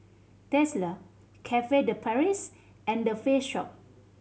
Tesla Cafe De Paris and The Face Shop